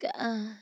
God